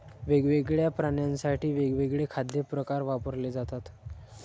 वेगवेगळ्या प्राण्यांसाठी वेगवेगळे खाद्य प्रकार वापरले जातात